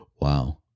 Wow